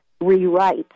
rewrite